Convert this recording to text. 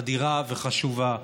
אדירה וחשובה.